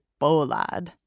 Bolad